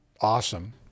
awesome